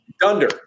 Dunder